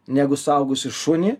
negu suaugusį šunį